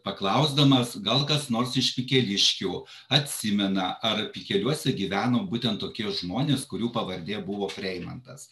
paklausdamas gal kas nors iš pikeliškių atsimena ar pikeliuose gyveno būtent tokie žmonės kurių pavardė buvo freimantas